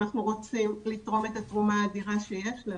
אנחנו רוצים לתרום את התרומה האדירה שיש לנו.